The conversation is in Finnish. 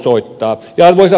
arvoisa puhemies